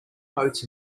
coats